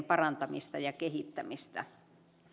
parantamista ja kehittämistä edelleen